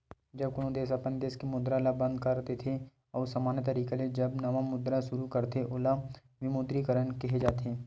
जब कोनो देस अपन देस के मुद्रा ल बंद कर देथे अउ समान्य तरिका ले जब नवा मुद्रा सुरू करथे ओला विमुद्रीकरन केहे जाथे